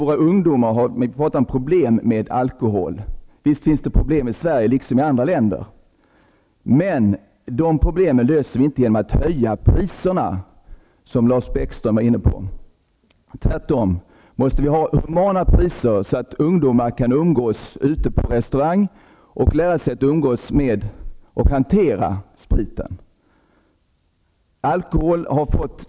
På tal om ungdomar och problem med alkohol kan vi konstatera att det visst finns problem i Sverige precis som i andra länder, men de problemen löser vi inte genom att höja priserna, som Lars Bäckström var inne på. Tvärtom måste vi ha humana priser, så att ungdomar kan umgås ute på restaurang och därmed också lära sig att hantera sprit.